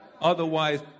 Otherwise